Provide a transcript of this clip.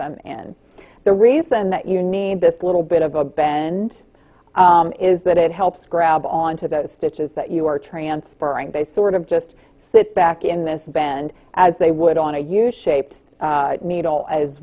them in the reason that you need this little bit of a bend is that it helps grab onto the stitches that you are transferring they sort of just sit back in this bend as they would on a huge shaped needle as